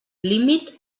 límit